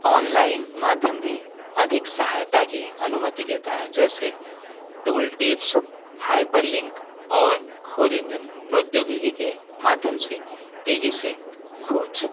online माध्यम भी अधिक सहायता की अनुमति देता है जैसे टूल टिप्स हाइपर लिंक और खोज इंजन प्रौद्योगिकी के माध्यम से तेज़ी से खोज